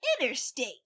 interstate